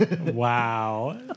Wow